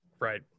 Right